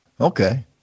Okay